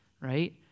right